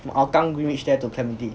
the hougang greenwich there to clementi